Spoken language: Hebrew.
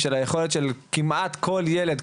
של היכולת של כמעט כל ילד,